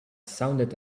sounded